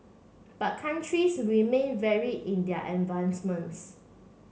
but countries remain vary in their advancements